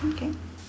okay